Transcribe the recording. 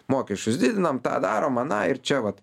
mokesčius didinam tą darom aną ir čia vat